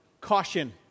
caution